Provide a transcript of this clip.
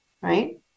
right